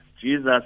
Jesus